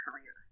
career